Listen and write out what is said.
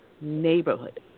neighborhood